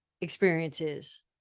experiences